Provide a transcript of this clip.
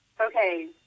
Okay